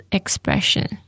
expression